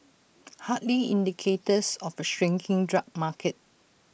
hardly indicators of A shrinking drug market